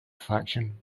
faction